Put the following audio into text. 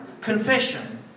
confession